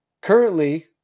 Currently